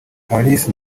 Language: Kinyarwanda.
paris